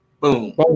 Boom